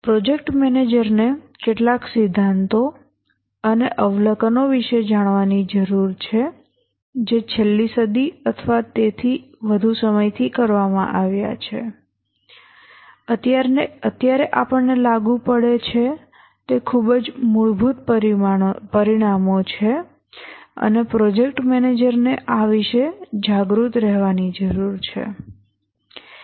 project મેનેજરને કેટલાક સિદ્ધાંતો અને અવલોકનો વિશે જાણવાની જરૂર છે જે છેલ્લા સદી અથવા તેથી વધુ સમયથી કરવામાં આવ્યા છે અત્યારે આપણને લાગુ પડે છે તે ખૂબ જ મૂળભૂત પરિણામો છે અને પ્રોજેક્ટ મેનેજરને આ વિશે જાગૃત રહેવાની જરૂર છે